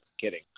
Kidding